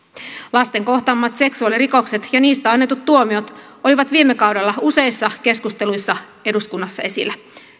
lasten kohtaamat seksuaalirikokset ja niistä annetut tuomiot olivat viime kaudella useissa keskusteluissa eduskunnassa esillä